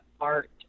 art